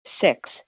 Six